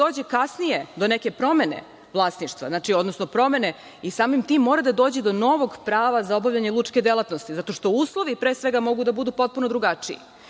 dođe kasnije do neke promene vlasništva, odnosno promene, i samim tim mora da dođe do novog prava za obavljanje lučke delatnosti, zato što uslovi, pre svega, mogu da budu potpuno drugačiji.